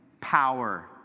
power